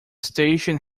station